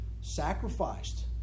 sacrificed